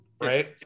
right